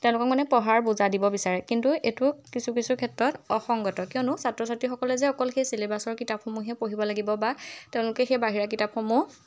তেওঁলোকক মানে পঢ়াৰ বুজা দিব বিচাৰে কিন্তু এইটো কিছু কিছু ক্ষেত্ৰত অসংগত কিয়নো ছাত্ৰ ছাত্ৰীসকলে যে অকল সেই চিলেবাছৰ কিতাপসমূহেই পঢ়িব লাগিব বা তেওঁলোকে সেই বাহিৰা কিতাপসমূহ